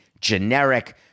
generic